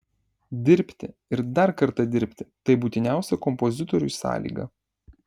dirbti ir dar kartą dirbti tai būtiniausia kompozitoriui sąlyga